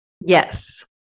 Yes